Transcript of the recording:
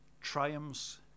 triumphs